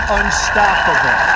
unstoppable